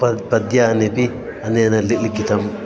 प पद्यान्यपि अनेन लि लिखितम्